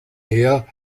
her